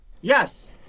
Yes